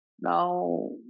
Now